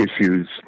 issues